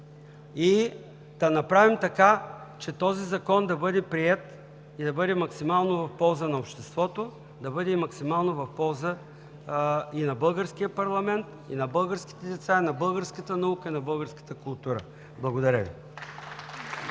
и да направим така, че този закон да бъде приет и да бъде максимално в полза на обществото, да бъде максимално в полза и на българския парламент, и на българските деца, и на българската наука, и на българската култура. Благодаря Ви.